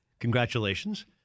Congratulations